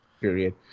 period